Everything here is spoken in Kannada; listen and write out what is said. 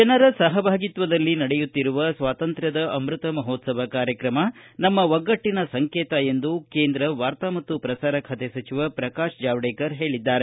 ಜನರ ಸಹಭಾಗಿತ್ವದಲ್ಲಿ ನಡೆಯುತ್ತಿರುವ ಸ್ವಾತಂತ್ರ್ವದ ಅಮೃತ ಮಹೋತ್ಸವ ಕಾರ್ಯಕ್ರಮ ನಮ್ಮ ಒಗ್ಗಟ್ಟಿನ ಸಂಕೇತ ಎಂದು ಕೇಂದ್ರ ವಾರ್ತಾ ಮತ್ತು ಪ್ರಸಾರ ಸಚಿವ ಪ್ರಕಾಶ್ ಜಾವಡೇಕರ್ ಹೇಳಿದ್ದಾರೆ